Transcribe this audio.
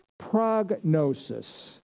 Prognosis